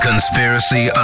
Conspiracy